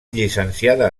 llicenciada